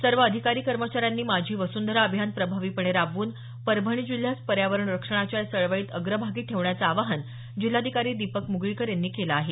सर्व अधिकारी कर्मचाऱ्यांनी माझी वसुंधरा अभियान प्रभावीपणे राबवून परभणी जिल्ह्यास पर्यावरण रक्षणाच्या या चळवळीत अग्रभागी ठेवण्याचं आवाहन जिल्हाधिकारी दीपक मुगळीकर यांनी केलं आहे